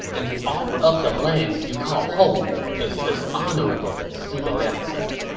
and to offer up the land you call home is dishonorable, zhuge liang said.